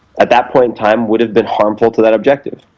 at that point in time would've been harmful to that objective.